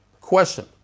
Question